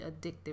addictive